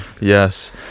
yes